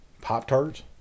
Pop-Tarts